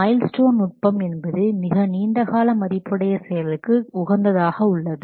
mile stone நுட்பம் என்பது மிக நீண்டகால மதிப்புடைய செயலுக்கு உகந்ததாக உள்ளது